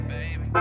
Baby